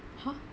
!huh!